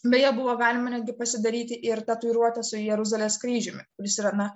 beje buvo galima netgi pasidaryti ir tatuiruotę su jeruzalės kryžiumi kuris yra na